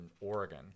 Oregon